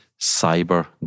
Cyber